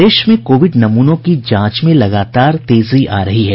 प्रदेश में कोविड नमूनों की जांच में लगातार तेजी आ रही है